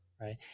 Right